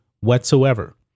whatsoever